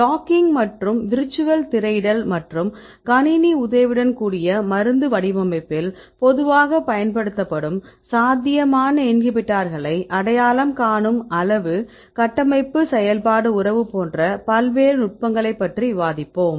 docking மற்றும் virtual திரையிடல் மற்றும் கணினி உதவியுடன் கூடிய மருந்து வடிவமைப்பில் பொதுவாகப் பயன்படுத்தப்படும் சாத்தியமான இன்ஹிபிட்டார்களை அடையாளம் காணும் அளவு கட்டமைப்பு செயல்பாடு உறவு போன்ற பல்வேறு நுட்பங்களைப் பற்றி விவாதிப்போம்